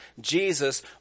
Jesus